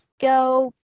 go